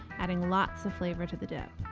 adding lots of flavor to the dip.